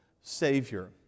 savior